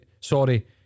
Sorry